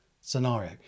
scenario